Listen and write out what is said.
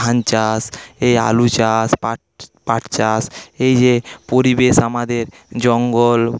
ধান চাষ এ আলু চাষ পাট পাট চাষ এই যে পরিবেশ আমাদের জঙ্গল